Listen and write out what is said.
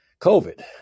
COVID